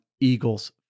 Eagles